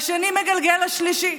השני מגלגל לשלישי,